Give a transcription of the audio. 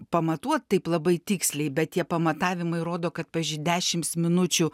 pamatuot taip labai tiksliai bet tie pamatavimai rodo kad pavyzdžiui dešimt minučių